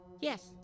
Yes